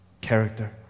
character